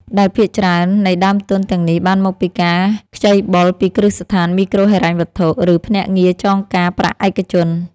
ដែលភាគច្រើននៃដើមទុនទាំងនេះបានមកពីការខ្ចីបុលពីគ្រឹះស្ថានមីក្រូហិរញ្ញវត្ថុ ឬភ្នាក់ងារចងការប្រាក់ឯកជន។